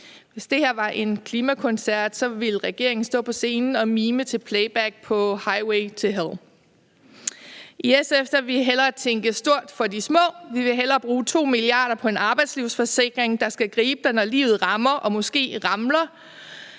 Hvis det her var en klimakoncert, ville regeringen stå på scenen og mime til playback på »Highway to Hell«. I SF vil vi hellere tænke stort for de små, vi vil hellere bruge 2 mia. kr. på en arbejdslivsforsikring, der skal gribe dem, når livet rammer og måske ramler,